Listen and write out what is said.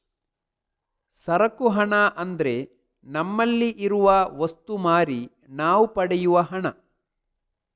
ಸರಕು ಹಣ ಅಂದ್ರೆ ನಮ್ಮಲ್ಲಿ ಇರುವ ವಸ್ತು ಮಾರಿ ನಾವು ಪಡೆಯುವ ಹಣ